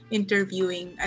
interviewing